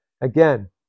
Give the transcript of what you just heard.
Again